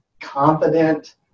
confident